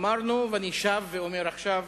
אמרנו, ואני שב ואומר עכשיו